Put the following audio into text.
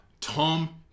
Tom